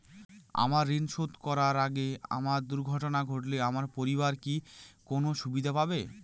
আমার ঋণ শোধ করার আগে আমার দুর্ঘটনা ঘটলে আমার পরিবার কি কোনো সুবিধে পাবে?